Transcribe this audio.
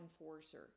enforcer